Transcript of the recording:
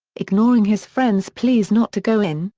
ignoring his friends' pleas not to go in,